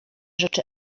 rzeczy